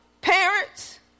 parents